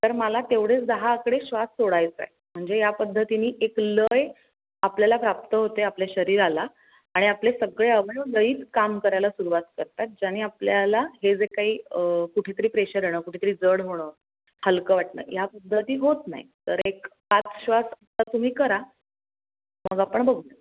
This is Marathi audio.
तर मला तेवढेच दहा आकडे श्वास सोडायचा आहे म्हणजे या पद्धतीने एक लय आपल्याला प्राप्त होते आपल्या शरीराला आणि आपले सगळे अवयव लयीत काम करायला सुरुवात करतात ज्याने आपल्याला हे जे काही कुठेतरी प्रेशर येणं कुठेतरी जड होणं हलकं वाटणं या पद्धती होत नाही तर एक पाच श्वास आता तुम्ही करा मग आपण बघू